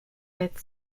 with